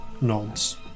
nods